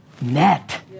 Net